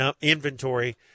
inventory